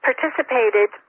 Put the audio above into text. participated